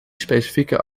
specifieke